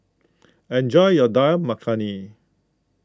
enjoy your Dal Makhani